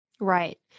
Right